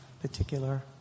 particular